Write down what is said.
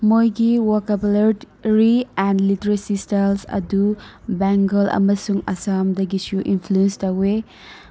ꯃꯣꯏꯒꯤ ꯋꯥꯀꯥꯕꯨꯂꯔꯔꯤ and literacy styles ꯑꯗꯨ ꯕꯦꯡꯒꯜ ꯑꯃꯁꯨꯡ ꯑꯁꯥꯝꯗꯒꯤꯁꯨ ꯏꯟꯐ꯭ꯂꯨꯌꯦꯟꯁ ꯇꯧꯏ